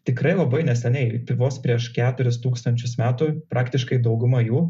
tikrai labai neseniai vos prieš keturis tūkstančius metų praktiškai dauguma jų